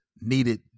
needed